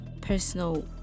personal